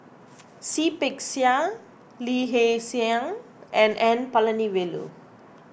Seah Peck Seah Lee Hee Seng and N Palanivelu